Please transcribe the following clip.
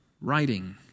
writing